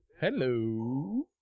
Hello